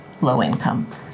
low-income